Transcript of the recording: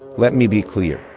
let me be clear.